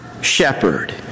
shepherd